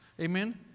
Amen